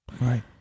Right